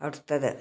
അടുത്തത്